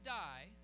die